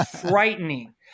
frightening